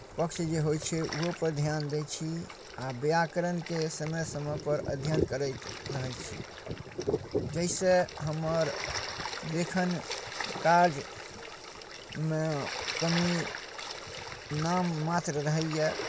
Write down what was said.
पक्ष जे होइ छै ओहोपर ध्यान दै छी आ व्याकरणके समय समयपर अध्ययन करैत रहै छी जाहिसँ हमर लेखन कार्यमे कमी नाममात्र रहैए